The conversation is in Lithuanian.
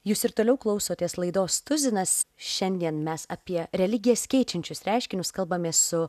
jūs ir toliau klausotės laidos tuzinas šiandien mes apie religijas keičiančius reiškinius kalbamės su